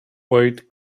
wait